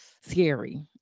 scary